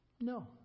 No